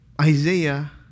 Isaiah